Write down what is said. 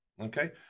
Okay